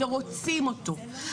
ורוצים אותו,